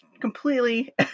completely